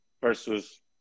versus